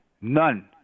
None